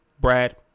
Brad